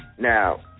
Now